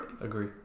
agree